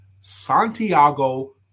Santiago